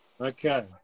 Okay